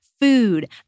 food